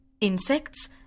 insects